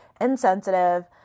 insensitive